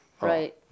Right